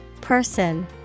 Person